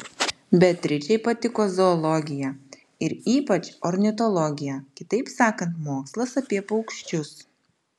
beatričei patiko zoologija ir ypač ornitologija kitaip sakant mokslas apie paukščius